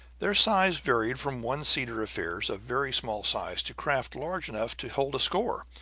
their size varied from one-seater affairs of very small size to craft large enough to hold a score.